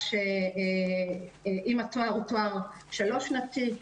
אם התואר הוא תואר 3 שנתי,